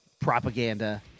propaganda